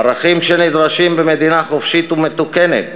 ערכים שנדרשים במדינה חופשית ומתוקנת